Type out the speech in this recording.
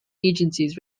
agencies